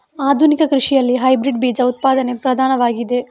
ಆಧುನಿಕ ಕೃಷಿಯಲ್ಲಿ ಹೈಬ್ರಿಡ್ ಬೀಜ ಉತ್ಪಾದನೆ ಪ್ರಧಾನವಾಗಿದೆ